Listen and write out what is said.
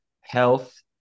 health